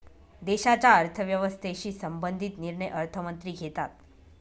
देशाच्या अर्थव्यवस्थेशी संबंधित निर्णय अर्थमंत्री घेतात